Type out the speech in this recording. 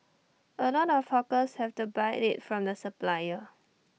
A lot of hawkers have to buy IT from the supplier